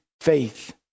faith